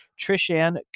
Trish-Ann